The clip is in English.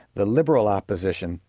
the liberal opposition,